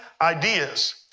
ideas